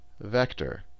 vector